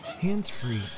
Hands-free